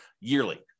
yearly